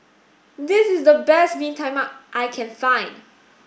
this is the best Bee Tai Mak that I can find